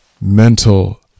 mental